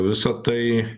visa tai